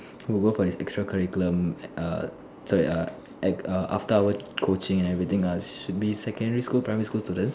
who go for this extra curriculum err sorry err after hour coaching and everything err should be secondary school primary school students